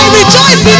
rejoice